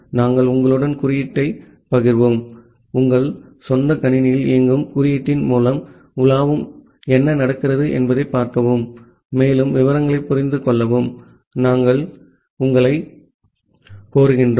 நாங்கள் உங்களுடன் குறியீட்டைப் பகிர்வோம் உங்கள் சொந்த கணினியில் இயங்கும் குறியீட்டின் மூலம் உலவவும் என்ன நடக்கிறது என்பதைப் பார்க்கவும் மேலும் விவரங்களை புரிந்து கொள்ளவும் நாங்கள் உங்களைக் கோருவோம்